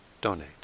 donate